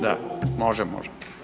Da, može, može.